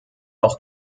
auch